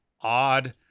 odd